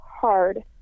hard